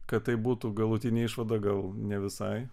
kad tai būtų galutinė išvada gal ne visai